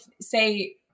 say